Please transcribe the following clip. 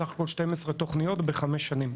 בסך הכול 12 תוכניות בחמש שנים.